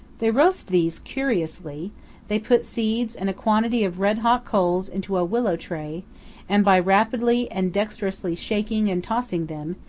they roast these curiously they put seeds and a quantity of red-hot coals into a willow tray and, by rapidly and dexterously shaking and tossing them,